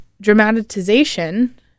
dramatization